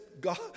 God